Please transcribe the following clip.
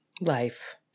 life